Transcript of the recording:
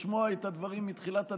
לשמוע את הדברים מתחילת הדרך,